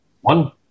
one